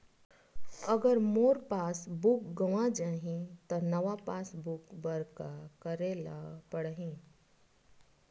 अगर मोर passbook गवां जाहि त नवा पास बुक बर का करे ल पड़हि?